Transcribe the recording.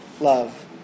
love